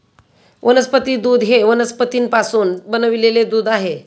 वनस्पती दूध हे वनस्पतींपासून बनविलेले दूध आहे